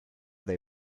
they